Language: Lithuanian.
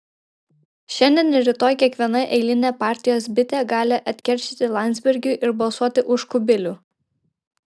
šiandien ir rytoj kiekviena eilinė partijos bitė gali atkeršyti landsbergiui ir balsuoti už kubilių